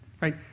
Right